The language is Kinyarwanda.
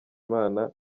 imana